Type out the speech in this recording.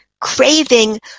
craving